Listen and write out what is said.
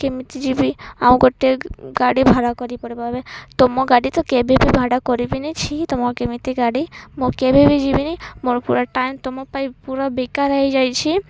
କେମିତି ଯିବି ଆଉ ଗୋଟେ ଗାଡ଼ି ଭଡ଼ା ତୁମ ଗାଡ଼ି ତ କେବେ ବି ଭଡ଼ା କରିବିନି ଛି ତମ କେମିତି ଗାଡ଼ି ମୁଁ କେବେ ବି ଯିବିନି ମୋର ପୁରା ଟାଇମ୍ ତୁମ ପାଇଁ ପୁରା ବେକାର ହୋଇଯାଇଛି